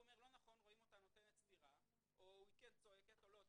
אומר שרואים סטירה והיא צועקת או לא צועקת.